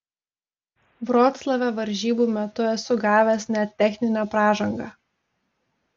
vroclave varžybų metu esu gavęs net techninę pražangą